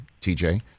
tj